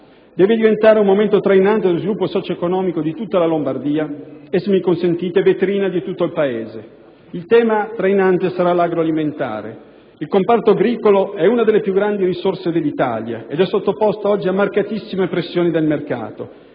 Deve diventare momento trainante dello sviluppo socioeconomico di tutta la Lombardia e, se mi consentite, vetrina di tutto il Paese. Il tema trainante sarà l'agroalimentare. Il comparto agricolo è una delle più grandi risorse dell'Italia, è sottoposto oggi a marcatissime pressioni del mercato